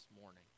morning